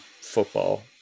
football